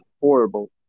horrible